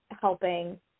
helping